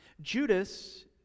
Judas